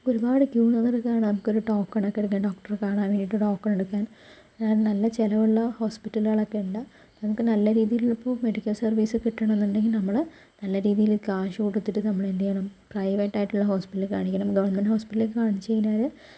ഒരുപാട് ക്യൂ നിന്നിട്ട് ഒക്കെയാണ് നമുക്ക് ഒരു ടോക്കൺ ഒക്കെ എടുക്കാൻ ഡോക്ടറെ കാണാൻ ആയിട്ട് ടോക്കൺ എടുക്കാൻ നല്ല ചെലവുള്ള ഹോസ്പിറ്റലുകൾ ഒക്കെ ഉണ്ട് നമുക്ക് നല്ല രീതിയിൽ ഇപ്പോൾ മെഡിക്കൽ സർവീസ് കിട്ടണംന്നിണ്ടെങ്കിൽ നമ്മള് നല്ല രീതീല് കാശ് കൊടുത്തിട്ട് നമ്മള് എന്ത് ചെയ്യണം പ്രൈവറ്റ് ആയിട്ടുള്ള ഹോസ്പിറ്റലുകളിൽ കാണിക്കണം ഗവൺമെൻ്റ് ഹോസ്പിറ്റലുകളിൽ കാണിച്ചു കഴിഞ്ഞാല്